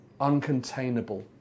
uncontainable